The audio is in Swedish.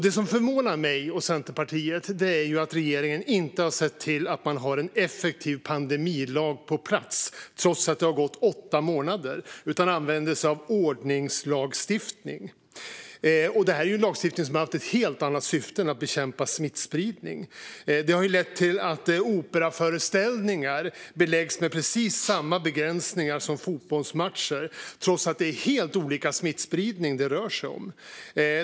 Det som förvånar mig och Centerpartiet är att regeringen trots att det har gått åtta månader inte har sett till att få en effektiv pandemilag på plats utan använder sig av ordningslagstiftningen, en lagstiftning som har ett helt annat syfte än att bekämpa smittspridning. Detta har lett till att operaföreställningar belagts med samma begränsningar som fotbollsmatcher trots att det är helt olika smittspridning det rör sig om.